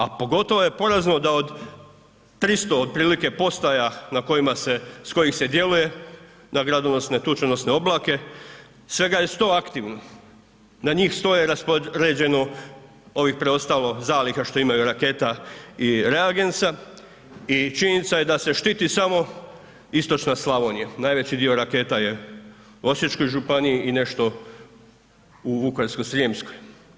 A pogotovo je porazno da od 300 otprilike postaja s kojih se djeluje na gradonosne, tučonosne oblake, svega je 100 aktivno, na njih 100 je raspoređeno ovih preostalo zaliha što imaju raketa i reagensa i činjenica je da se štiti samo istočna Slavonija, najveći dio raketa je u Osječkoj županiji i nešto u Vukovarsko-srijemskoj.